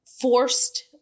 forced